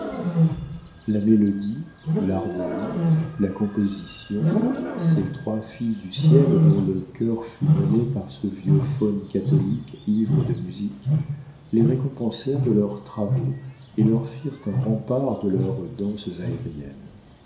la mélodie l'harmonie la composition ces trois filles du ciel dont le chœur fut mené par ce vieux faune catholique ivre de musique les récompensèrent de leurs travaux et leur firent un rempart de leurs danses aériennes